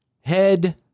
head